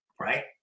right